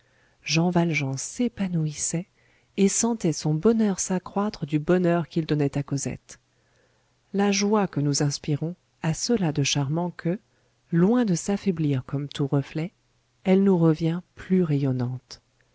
jean valjean s'épanouissait et sentait son bonheur s'accroître du bonheur qu'il donnait à cosette la joie que nous inspirons a cela de charmant que loin de s'affaiblir comme tout reflet elle nous revient plus rayonnante